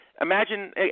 imagine